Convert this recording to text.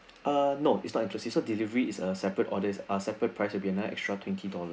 ah no it's not inclusive so delivery is a separate orders ah separate price will be an extra twenty dollar